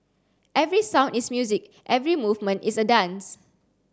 every sound is music every movement is a dance